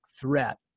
threat